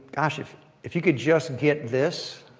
gosh, if if you could just get this,